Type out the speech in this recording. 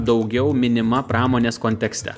daugiau minima pramonės kontekste